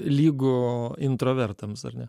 lygu introvertams ar ne